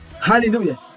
hallelujah